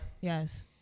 Yes